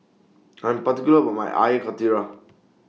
I'm particular about My Air Karthira